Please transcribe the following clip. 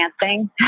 dancing